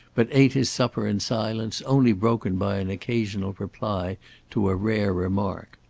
but ate his supper in silence only broken by an occasional reply to a rare remark.